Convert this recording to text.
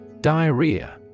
Diarrhea